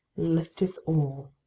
lifteth all.